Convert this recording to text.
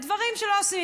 דברים שלא עושים.